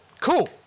Cool